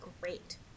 great